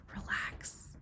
relax